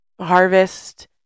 harvest